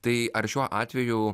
tai ar šiuo atveju